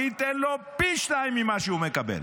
אני אתן לו פי שניים ממה שהוא מקבל.